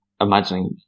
imagining